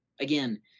Again